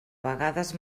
vegades